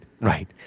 Right